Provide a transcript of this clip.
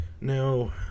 Now